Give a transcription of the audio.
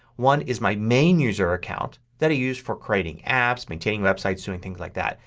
one is my main user account that i use for creating apps, maintaining websites, doing things like that.